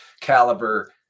caliber